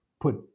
put